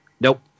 nope